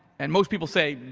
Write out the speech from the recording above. and most people say,